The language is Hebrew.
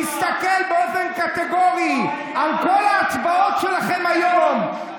תסתכל באופן קטגורי על כל ההצבעות שלכם היום,